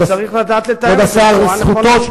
אבל צריך לדעת לתאם בצורה נכונה.